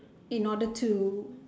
in order to